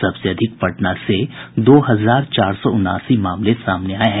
सबसे अधिक पटना से दो हजार चार सौ उनासी मामले सामने आये हैं